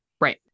Right